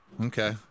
Okay